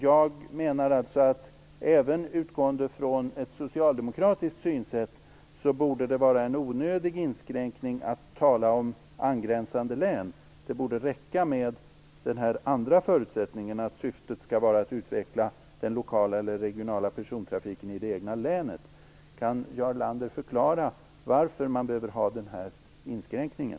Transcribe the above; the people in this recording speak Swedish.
Jag menar alltså att även utgående från ett socialdemokratiskt synsätt borde det vara en onödig inskränkning att tala om angränsande län. Det borde räcka med den andra förutsättningen - att syftet skall vara att utveckla den lokala eller regionala persontrafiken i det egna länet. Kan Jarl Lander förklara varför man behöver göra den här inskränkningen?